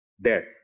death